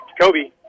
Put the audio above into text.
Kobe